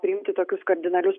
priimti tokius kardinalius